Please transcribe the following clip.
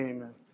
Amen